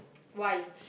why